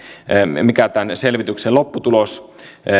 mikä tämän selvityksen lopputulos